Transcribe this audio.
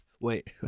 Wait